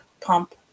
pump